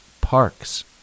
parks